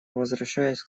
возвращаюсь